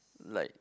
like